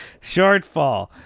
shortfall